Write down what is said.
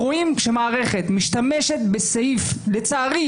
רואה שבית המשפט העליון ניסה לצמצם את זה.